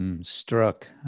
struck